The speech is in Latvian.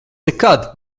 nekad